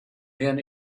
then